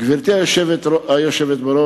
גברתי היושבת בראש,